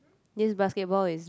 this basketball is